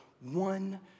one